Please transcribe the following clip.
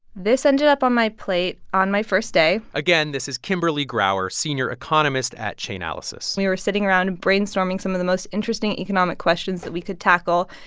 this ended up on my plate on my first day again, this is kimberly grauer, senior economist at chainalysis we were sitting around, brainstorming some of the most interesting economic questions that we could tackle.